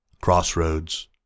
Crossroads